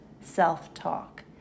self-talk